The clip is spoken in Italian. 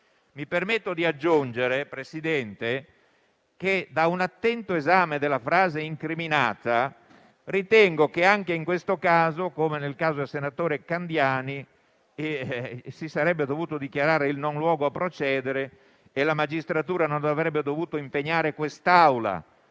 Mi permetto di aggiungere, signor Presidente, che, da un attento esame della frase incriminata, ritengo che - anche in questo caso come nel caso del senatore Candiani - si sarebbe dovuto dichiarare il non luogo a procedere e la magistratura non avrebbe dovuto impegnare quest'Aula